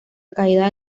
caída